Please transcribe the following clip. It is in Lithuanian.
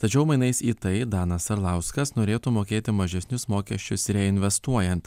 tačiau mainais į tai danas arlauskas norėtų mokėti mažesnius mokesčius reinvestuojant